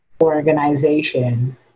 organization